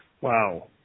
Wow